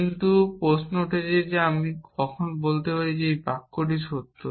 কিন্তু প্রশ্ন উঠছে যে আমি কখন বলতে পারি যে এই বাক্যটি সত্য